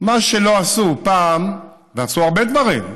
מה שלא עשו פעם, ועשו הרבה דברים,